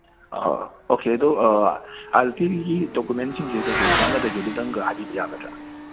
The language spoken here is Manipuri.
ꯑꯥ ꯑꯥ ꯑꯣꯀꯦ ꯑꯗꯨ ꯑꯥꯏ ꯑꯦꯜ ꯄꯤꯒꯤꯁꯤ ꯗꯣꯀꯨꯃꯦꯟꯁꯤꯡꯁꯤ ꯀꯩꯀꯩ ꯆꯪꯒꯗꯒꯦꯗꯨꯗꯪꯒ ꯍꯥꯏꯕꯤꯕ ꯌꯥꯒꯗ꯭ꯔꯥ